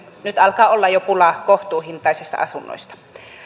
nyt olla jo pulaa kohtuuhintaisista asunnoista